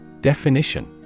Definition